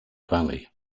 valley